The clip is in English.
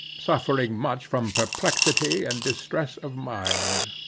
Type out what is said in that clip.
suffering much from perplexity and distress of mind.